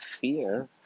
fear